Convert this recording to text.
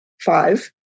Five